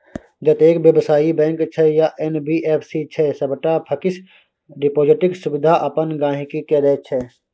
जतेक बेबसायी बैंक छै या एन.बी.एफ.सी छै सबटा फिक्स डिपोजिटक सुविधा अपन गांहिकी केँ दैत छै